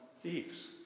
Thieves